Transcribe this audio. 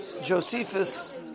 Josephus